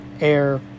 AIR